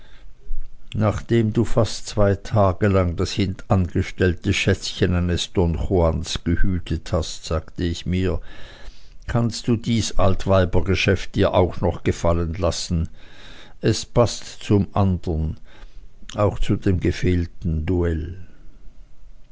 nachdem du fast zwei tage lang das hintangestellte schätzchen eines don juans gehütet hast sagte ich mir kannst du dies altweibergeschäft dir auch noch gefallen lassen es paßt zum andern auch zu dem gefehlten duell